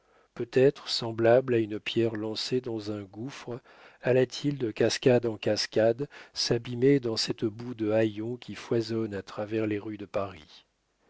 peut-être semblable à une pierre lancée dans un gouffre alla t il de cascade en cascade s'abîmer dans cette boue de haillons qui foisonne à travers les rues de paris